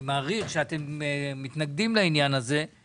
הוא אמר שזאת תחילתה של